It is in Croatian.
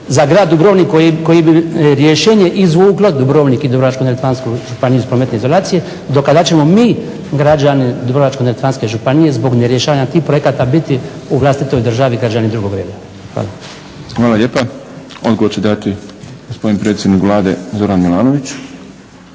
za grad Dubrovnik koji bi rješenje izvuklo Dubrovnik i Dubrovačko-neretvansku županiju iz prometne izolacije do kada ćemo mi građani Dubrovačko-neretvanske županije zbog nerješavanja tih projekata biti u vlastitoj državi građani drugog reda? Hvala. **Šprem, Boris (SDP)** Hvala lijepa. Odgovor će dati gospodin predsjednik Vlade Zoran Milanović.